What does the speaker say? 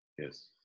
Yes